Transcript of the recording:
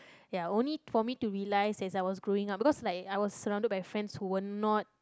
ya only for me to realise as I was growing up because like I was surrounded by friends who were not